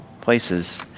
places